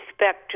respect